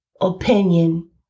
opinion